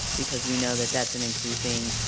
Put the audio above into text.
because we know that that's an increasing